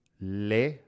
le